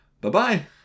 bye-bye